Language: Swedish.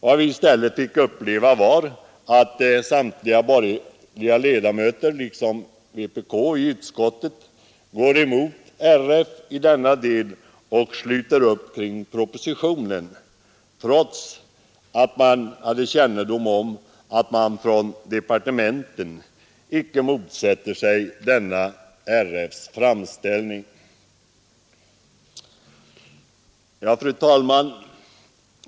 Vad vi i stället fick uppleva var att samtliga borgerliga ledamöter liksom vpk i utskottet går emot RF och i denna del sluter upp kring propositionen trots kännedom om att berörda departement inte motsätter sig RF:s framställning. Fru talman!